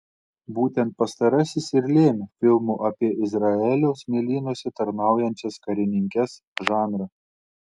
būtent pastarasis ir lėmė filmo apie izraelio smėlynuose tarnaujančias karininkes žanrą